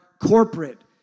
corporate